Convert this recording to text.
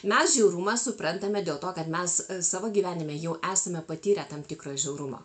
mes žiaurumą suprantame dėl to kad mes savo gyvenime jau esame patyrę tam tikrą žiaurumą